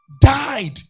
died